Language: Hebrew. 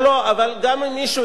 אבל גם אם מישהו אישר לו,